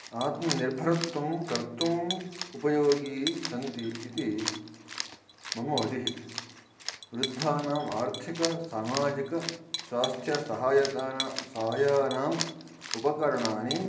आत्मनिर्भर्तुं कर्तुम् उपयोगिनः सन्ति इति मम मतिः वृद्धानाम् आर्थिकसामाजिकस्वास्थ्यसहायतानां साहाय्यानाम् उपकरणानि